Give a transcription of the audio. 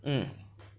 mm